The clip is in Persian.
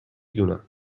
دونم